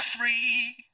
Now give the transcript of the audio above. free